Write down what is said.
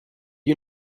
you